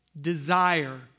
desire